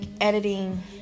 editing